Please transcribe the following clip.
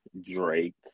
Drake